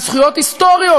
על זכויות היסטוריות.